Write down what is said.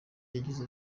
yagize